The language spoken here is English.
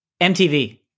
MTV